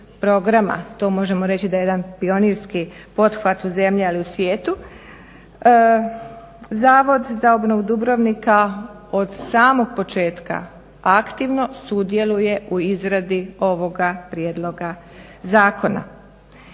To možemo reći da je jedan pionirski pothvat u zemlji ali i svijetu. Zavod za obnovu Dubrovnika od samog početka aktivno sudjeluje u izradi ovoga prijedloga zakona.